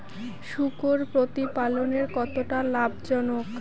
শূকর প্রতিপালনের কতটা লাভজনক?